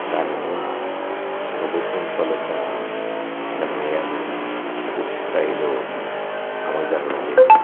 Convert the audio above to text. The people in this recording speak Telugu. దానివల్ల ప్రభుత్వం తాలూకా నిర్ణయాలు పూర్తి స్థాయిలో అమలు జరగడం లేదు